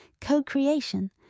co-creation